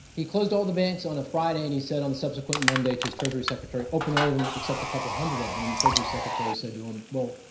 he closed all the banks on a friday and he said on the subsequent monday to his treasury secretary, open all of them except a couple hundred of them and the treasury secretary said to him, well,